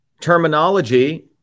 terminology